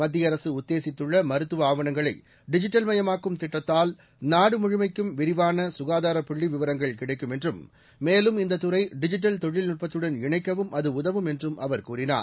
மத்திய அரசு உத்தேசித்துள்ள மருத்துவ ஆவணங்களை டிஜிட்டல் மயமாக்கும் திட்டத்தால் நாடுமுழுமைக்கும் விரிவான சுகாதார புள்ளி விவரங்கள் கிடைக்கும் என்றும் மேலும் இந்த துறை டிஜிட்டல் தொழில்நுட்பத்துடன் இணைக்கவும் அது உதவும் என்றும் அவர் கூறினார்